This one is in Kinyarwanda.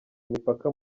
imipaka